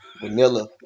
vanilla